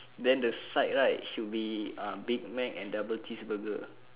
then the side right should be uh big Mac and double cheese burger